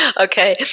Okay